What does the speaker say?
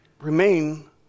remain